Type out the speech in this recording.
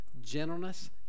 gentleness